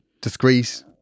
discreet